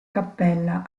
cappella